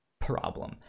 problem